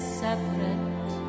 separate